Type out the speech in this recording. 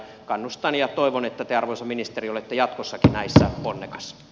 kannustan ja toivon että te arvoisa ministeri olette jatkossakin näissä ponnekas